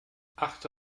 achte